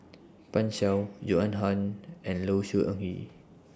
Pan Shou Joan Hon and Low Siew Nghee